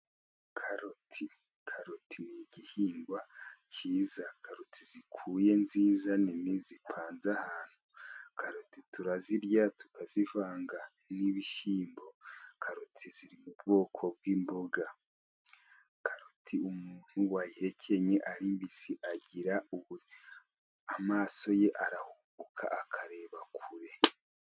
Karoti , karoti n'igihingwa cyiza, karoti zikuye nziza nini zipanze ahantu, karoti turazirya tukazivanga n'ibishyimbo , karoti ziri mu bwoko bw'imboga , karoti umuntu wahekenye ari mbisi agira , amaso ye arahumuka akareba kure.